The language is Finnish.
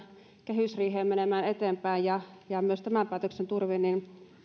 kehysriiheen menemään eteenpäin ja ja myös tämän päätöksen turvin niin